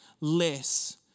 less